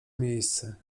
miejsce